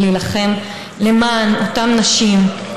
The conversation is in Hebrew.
ולהילחם למען אותן נשים,